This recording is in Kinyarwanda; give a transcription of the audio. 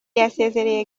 yasezereye